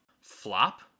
flop